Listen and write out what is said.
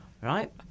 Right